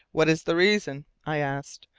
what is the reason? i asked.